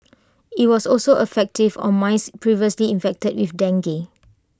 IT was also effective on mice previously infected with dengue